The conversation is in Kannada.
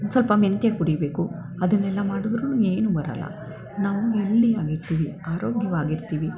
ಸ್ವಲ್ಪ ಮೆಂತ್ಯ ಕುಡಿಬೇಕು ಅದನ್ನೆಲ್ಲ ಮಾಡಿದ್ರೂ ಏನೂ ಬರೋಲ್ಲ ನಾವು ಹೆಲ್ದಿಯಾಗಿರ್ತೀವಿ ಆರೋಗ್ಯವಾಗಿರ್ತೀವಿ